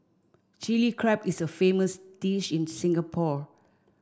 Chilli Crab is a famous dish in Singapore